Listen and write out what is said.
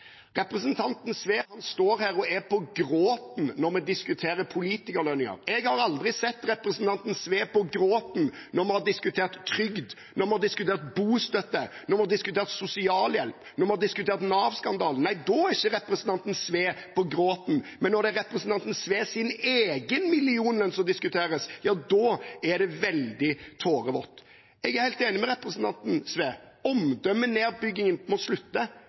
representanten Frank Sve. Representanten Sve står her og er på gråten når vi diskuterer politikerlønninger. Jeg har aldri sett representanten Sve på gråten når vi har diskutert trygd, når vi har diskutert bostøtte, når vi har diskutert sosialhjelp, når vi har diskutert Nav-skandalen. Nei, da er ikke representanten Sve på gråten, men når det er representanten Sve sin egen millionlønn som diskuteres, da er det veldig tårevått. Jeg er helt enig med representanten Sve i at omdømmenedbyggingen må slutte,